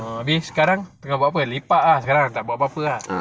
oh abeh sekarang tengah buat apa lepak ah sekarang tak buat apa-apa ah